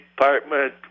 department